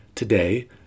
Today